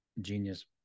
genius